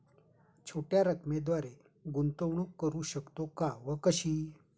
छोट्या रकमेद्वारे गुंतवणूक करू शकतो का व कशी?